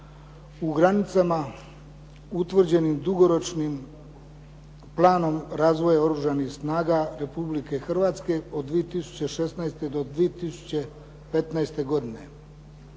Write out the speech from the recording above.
u granicama utvrđenim dugoročnim planom razvoja Oružanih snaga Republike Hrvatske od 2006. do 2015. godine.